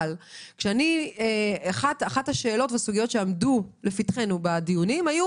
אבל אחת הסוגיות שעמדו לפתחנו בדיונים הייתה